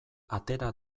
atera